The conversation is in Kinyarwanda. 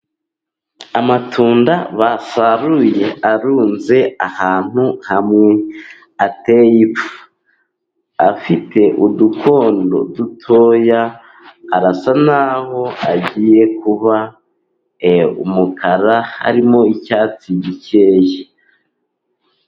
Amatunda basaruye arunze ahantu hamwe, ateye ipfa afite udukondo dutoya, arasa n'aho agiye kuba umukara harimo icyatsi gikeya.